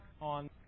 on